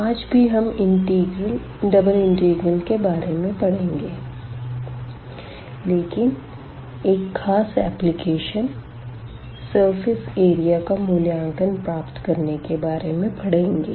आज भी हम डबल इंटीग्रल के बारे में पढ़ेंगे लेकिन एक खास एप्लिकेशन सरफ़ेस एरिया का मूल्यांकन प्राप्त करने के बारे में पढ़ेंगे